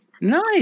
nice